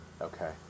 Okay